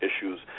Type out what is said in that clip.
issues